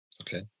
Okay